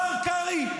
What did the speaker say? השר קרעי,